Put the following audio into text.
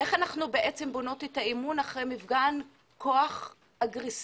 איך אנחנו בעצם בונות את האמון אחרי מפגן כוח אגרסיבי,